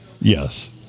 Yes